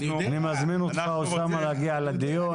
אני מזמין אותך אוסאמה להגיע לדיון.